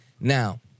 Now